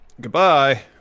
Goodbye